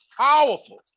Powerful